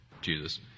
Jesus